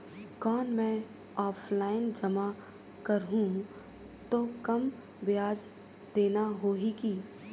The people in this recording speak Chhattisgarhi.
कौन मैं ऑफलाइन जमा करहूं तो कम ब्याज देना होही की?